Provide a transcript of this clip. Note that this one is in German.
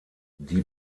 die